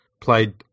played